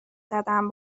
زدن